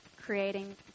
creating